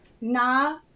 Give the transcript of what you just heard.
na